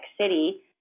city